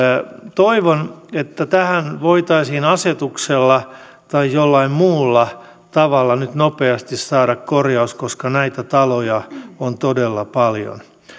toivon että tähän voitaisiin asetuksella tai jollain muulla tavalla nyt nopeasti saada korjaus koska näitä taloja on todella paljon